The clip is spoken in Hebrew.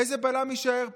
איזה בלם יישאר פה?